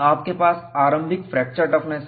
आपके पास आरंभिक फ्रैक्चर टफनेस है